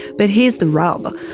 but here's the rub.